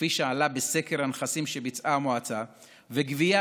כפי שעלה בסקר הנכסים שביצעה המועצה וגבייה